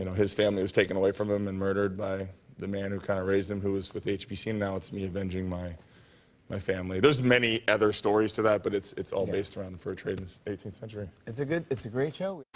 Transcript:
you know his family was taken away from him and murdered by the man who kind of raised him, who is with hbc. now it's me avenging my my family. there's many other stories to that, but it's it's based around the fur trade in the eighteenth century. it's a good it's a great show.